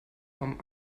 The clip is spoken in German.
vom